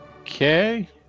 okay